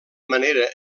manera